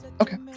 Okay